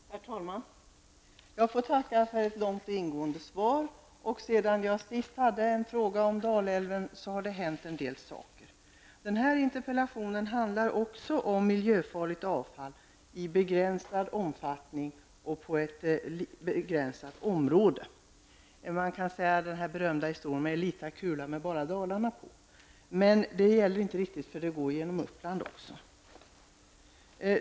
Herr talman! Jag får tacka för ett långt och ingående svar. Sedan jag senast ställde en fråga om Dalälven har det hänt en del. Denna interpellation handlar också om miljöfarligt avfall i begränsad omfattning och inom ett begränsat område. Man kan hänvisa till den berömda historien med en liten kula, jordglob, med bara Dalarna på. Det stämmer dock inte riktigt, eftersom det även berör Uppland.